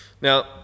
Now